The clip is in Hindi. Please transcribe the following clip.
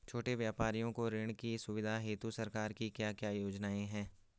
छोटे व्यापारियों को ऋण की सुविधा हेतु सरकार की क्या क्या योजनाएँ हैं?